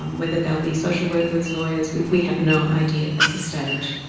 um whether they will be social workers, lawyers, we we have no idea at this stage.